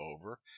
over